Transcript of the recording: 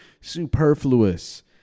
superfluous